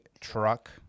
truck